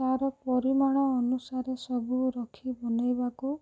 ତା'ର ପରିମାଣ ଅନୁସାରେ ସବୁ ରଖି ବନେଇବାକୁ